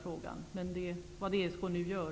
Men det är vad ESK nu gör.